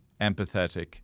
empathetic